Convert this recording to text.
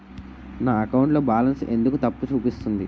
నా అకౌంట్ లో బాలన్స్ ఎందుకు తప్పు చూపిస్తుంది?